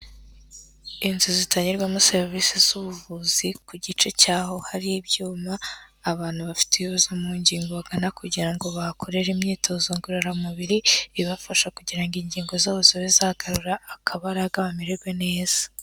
Inzu zitangirwamo serivisi z'ubuvuzi ku gice cyaho hari ibyuma abantu bafite ibibazo mu ngingo bagana kugira ngo bahakorere imyitozo ngororamubiri ibafasha kugira ngo ingingo zabo zibe zagarura akabaraga bamererwe neza.